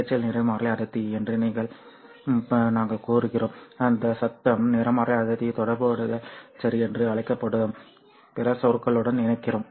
இரைச்சல் நிறமாலை அடர்த்தி என்று நாங்கள் கூறுகிறோம் அந்த சத்தம் நிறமாலை அடர்த்தியை தொடர்புபடுத்தல் சரி என்று அழைக்கப்படும் பிற சொற்களுடன் இணைக்கிறோம்